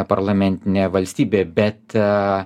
parlamentinė valstybė bet